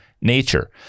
nature